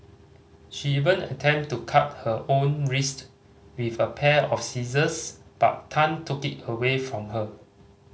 she even attempted to cut her own wrist with a pair of scissors but Tan took it away from her